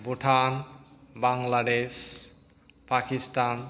Bhutan Bangladesh Pakistan